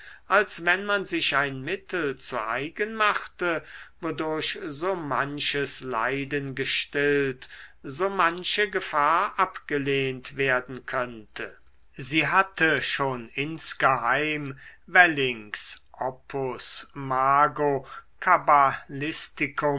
als wenn man sich ein mittel zu eigen machte wodurch so manches leiden gestillt so manche gefahr abgelehnt werden könnte sie hatte schon insgeheim wellings opus